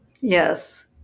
Yes